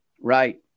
Right